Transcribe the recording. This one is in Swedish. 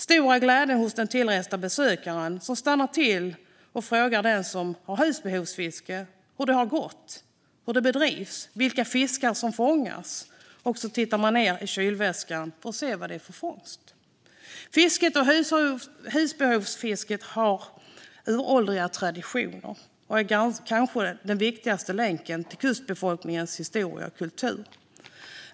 Stor är glädjen hos den tillresta besökaren som stannar till och frågar den som bedriver husbehovsfiske hur det har gått, hur det bedrivs, vilka fiskar som fångas och sedan tittar ned i kylväskan för att se vad det är för fångst. Fisket och husbehovsfisket här har uråldriga traditioner och är kanske den viktigaste länken till kustbefolkningens historia och kultur.